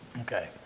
Okay